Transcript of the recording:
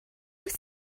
wyt